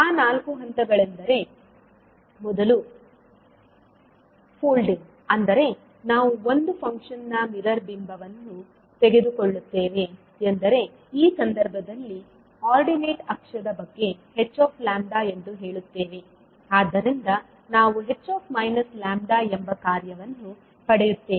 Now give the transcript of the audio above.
ಆ ನಾಲ್ಕು ಹಂತಗಳೆಂದರೆ ಮೊದಲು ಫೋಲ್ಡಿಂಗ್ ಅಂದರೆ ನಾವು ಒಂದು ಫಂಕ್ಷನ್ನ ಮಿರರ್ ಬಿಂಬವನ್ನು ತೆಗೆದುಕೊಳ್ಳುತ್ತೇವೆ ಎಂದರೆ ಈ ಸಂದರ್ಭದಲ್ಲಿ ಆರ್ಡಿನೇಟ್ ಅಕ್ಷದ ಬಗ್ಗೆ h ಎಂದು ಹೇಳುತ್ತೇವೆ ಆದ್ದರಿಂದ ನಾವು h ಎಂಬ ಕಾರ್ಯವನ್ನು ಪಡೆಯುತ್ತೇವೆ